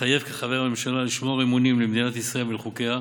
מתחייב כחבר הממשלה לשמור אמונים למדינת ישראל ולחוקיה,